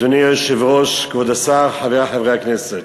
אדוני היושב-ראש, כבוד השר, חברי חברי הכנסת,